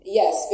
yes